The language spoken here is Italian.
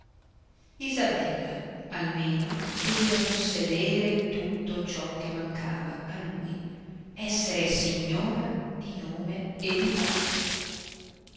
isabella almeno doveva possedere tutto ciò che mancava a lui essere signora di nome e di fatto